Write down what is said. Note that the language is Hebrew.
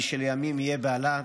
מי שלימים יהיה בעלה,